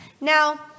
Now